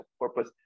purpose